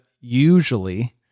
usually